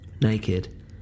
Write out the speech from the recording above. Naked